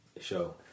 show